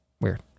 Weird